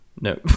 No